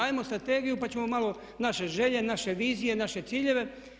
Hajmo strategiju, pa ćemo malo naše želje, naše vizije, naše ciljeve.